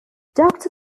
doctor